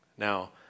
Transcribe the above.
Now